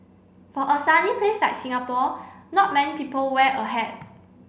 for a sunny place like Singapore not many people wear a hat